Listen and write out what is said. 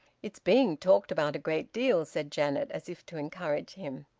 it's being talked about a great deal, said janet as if to encourage him.